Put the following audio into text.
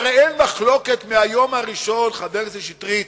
הרי אין מחלוקת מהיום הראשון, חבר הכנסת שטרית,